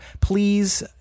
please